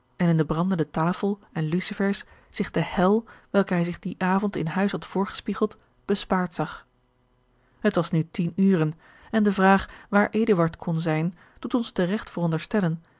en in de brandende tafel en lucifers zich de hel welke hij zich dien avond in huis had voorgespiegeld bespaard zag het was nu tien uren en de vraag waar eduard kon zijn doet ons teregt